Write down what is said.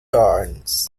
horns